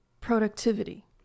productivity